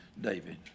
David